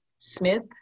Smith